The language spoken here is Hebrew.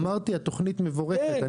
אמרתי שהתוכנית מבורכת.